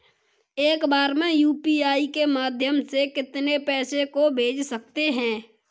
एक बार में यू.पी.आई के माध्यम से कितने पैसे को भेज सकते हैं?